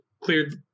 cleared